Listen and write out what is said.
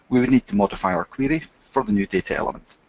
would need to modify our query for the new data element.